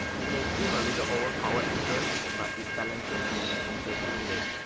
it may seem a little overpowered at first, but it balances in an interesting way.